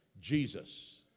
Jesus